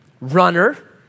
runner